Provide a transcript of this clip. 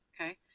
okay